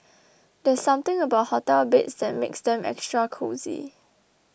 there's something about hotel beds that makes them extra cosy